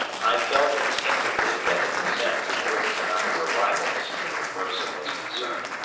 i felt instinctively that in a sense moritz and i were rivals where rosa was concerned,